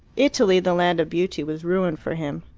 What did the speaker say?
italy, the land of beauty, was ruined for him.